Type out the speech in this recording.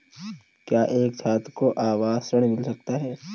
क्या एक छात्र को आवास ऋण मिल सकता है?